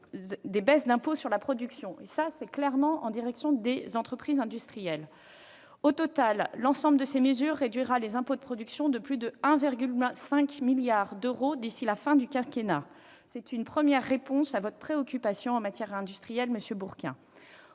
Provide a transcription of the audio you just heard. des baisses d'impôt sur la production ; cette mesure concerne clairement les entreprises industrielles. Au total, l'ensemble de ces mesures réduira les impôts de production de plus de 1,5 milliard d'euros d'ici à la fin du quinquennat. C'est une première réponse à votre préoccupation en matière industrielle, monsieur Bourquin.